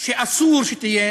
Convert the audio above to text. שאסור שתהיה